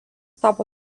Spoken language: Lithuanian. tapo